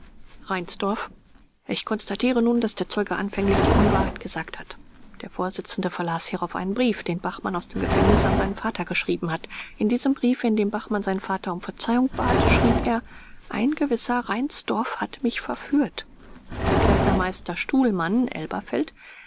reinsdorf ich konstatiere nun daß der zeuge anfänglich die unwahrheit gesagt hat der vorsitzende verlas hierauf einen brief den bachmann aus dem gefängnis an seinen vater geschrieben hat in diesem briefe in dem bachmann seinen vater um verzeihung bat schrieb er ein gewisser reinsdorf hat mich verführt klempnermeister